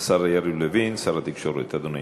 השר יריב לוין שר התקשורת, אדוני.